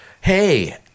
Hey